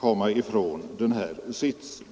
komma ifrån den här sitsen.